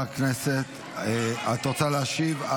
את רוצה להשיב?